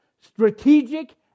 Strategic